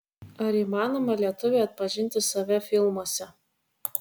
ar įmanoma lietuviui atpažinti save filmuose